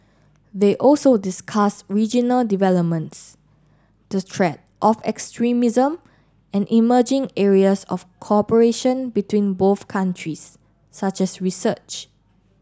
they also discuss regional developments the chat of extremism and emerging areas of cooperation between both countries such as research